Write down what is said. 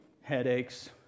Headaches